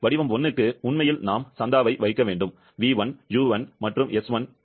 வடிவ 1 க்கு உண்மையில் நாம் சந்தாவை வைக்க வேண்டும் v1 u1 மற்றும் s1